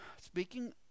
speaking